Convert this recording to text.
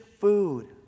food